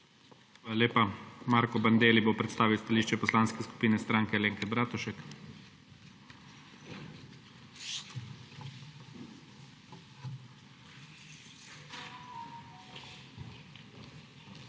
lepa. Marko Bandelli bo predstavil stališče Poslanske skupine Stranke Alenke Bratušek.